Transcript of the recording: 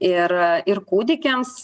ir ir kūdikiams